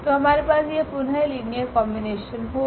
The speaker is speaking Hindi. तो हमारे पास यह पुनः लीनियर कॉम्बिनेशन होगा